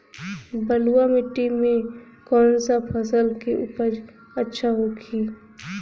बलुआ मिट्टी में कौन सा फसल के उपज अच्छा होखी?